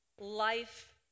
life